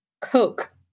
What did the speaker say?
Coke